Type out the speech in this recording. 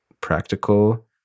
practical